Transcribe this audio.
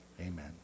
amen